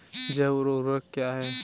जैव ऊर्वक क्या है?